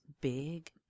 big